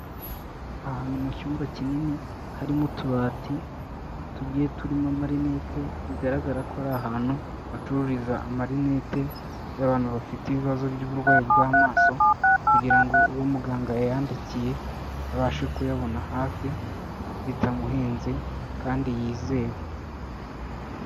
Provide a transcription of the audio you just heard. Ahantu mu cyumba kinini, harimo utubati tugiye turimo amarinete, bigaragara ko ari ahantu bacururiza amarinete y'abantu bafite ibibazo by'uburwayi bw'amaso kugira ngo uwo muganga yayandikiye abashe kuyabona hafi bitamuhenze kandi yizewe.